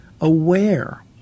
aware